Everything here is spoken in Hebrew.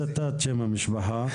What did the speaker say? מגנזי,